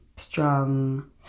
strong